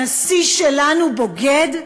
הנשיא שלנו, בוגד?